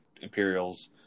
Imperials